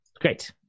Great